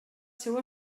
seu